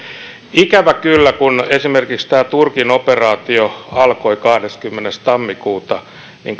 ikävä kyllä kun esimerkiksi tämä turkin operaatio alkoi kahdeskymmenes tammikuuta niin